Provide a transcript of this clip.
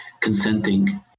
consenting